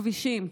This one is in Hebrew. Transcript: הכבישים.